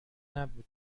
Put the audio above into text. نبود